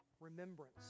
remembrance